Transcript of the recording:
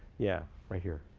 yeah, right here.